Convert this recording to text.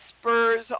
spurs